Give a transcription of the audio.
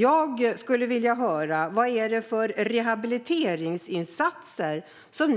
Jag skulle vilja höra vad det är för rehabiliteringsinsatser som